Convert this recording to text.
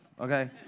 okay